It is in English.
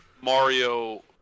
Mario